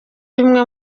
bimwe